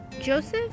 Joseph